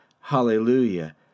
hallelujah